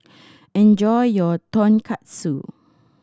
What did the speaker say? enjoy your Tonkatsu